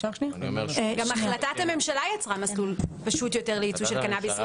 גם החלטת הממשלה יצרה מסלול פשוט יותר לייצוא של קנאביס.